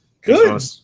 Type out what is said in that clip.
Good